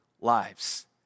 lives